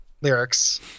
lyrics